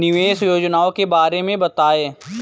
निवेश योजनाओं के बारे में बताएँ?